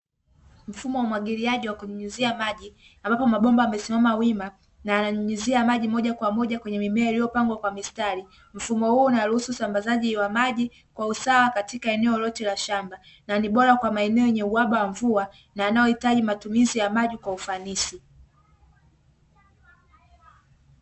Mfumo wa umwagiliaji wa kunyunyizia maji, ambapo mabomba yamesimama wima na yananyunyizia maji moja kwa moja kwenye mimea, iliyopangwa kwa mistari. Mfumo huu unaruhusu usambazaji wa maji kwa usawa katika eneo lote la shamba na ni bora kwa maeneo yenye uhaba wa mvua na yanaohitaji matumizi ya maji kwa ufanisi.